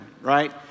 right